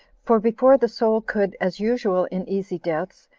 for before the soul could, as usual in easy deaths,